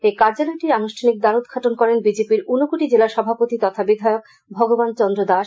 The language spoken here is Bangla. এই কার্যালয়টির আনুষ্ঠানিক দ্বারোদ্মাটন করেন বিজেপি র ঊনকোটি জেলা সভাপতি তথা বিধায়ক ভগবান চন্দ্র দাস